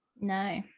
No